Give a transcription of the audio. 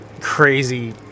crazy